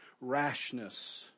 rashness